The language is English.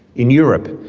in europe,